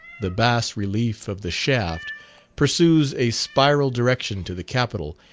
the bas-relief of the shaft pursues a spiral direction to the capitol,